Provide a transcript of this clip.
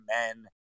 men